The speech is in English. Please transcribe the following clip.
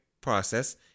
process